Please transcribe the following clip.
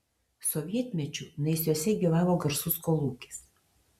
sovietmečiu naisiuose gyvavo garsus kolūkis